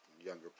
Younger